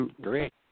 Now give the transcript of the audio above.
Great